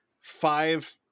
Five